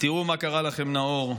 ותראו מה קרה לכם, נאור.